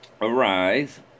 arise